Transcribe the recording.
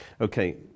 okay